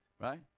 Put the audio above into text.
right